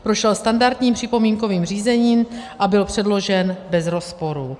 Prošel standardním připomínkovým řízením a byl předložen bez rozporu.